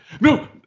no